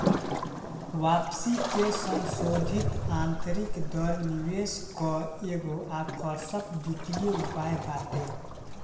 वापसी के संसोधित आतंरिक दर निवेश कअ एगो आकर्षक वित्तीय उपाय बाटे